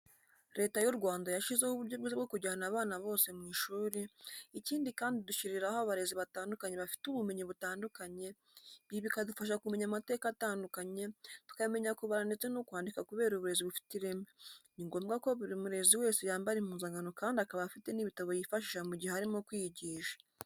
Leta y'u Rwanda yashyizeho uburyo bwiza bwo kujyana abana bose mu ishuri, ikindi kandi idushyiriraho abarezi batandukanye bafite ubumenyi butandukanye, ibi bikadufasha kumenya amateka atandukanye, tukamenya kubara ndetse no kwandika kubera uburezi bufite ireme, ni ngombwa ko buri murezi wese yambara impuzankano kandi akaba afite n'ibitabo yifashisha mu gihe arimo kwigisha.